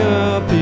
up